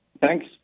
Thanks